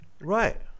Right